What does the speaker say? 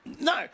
No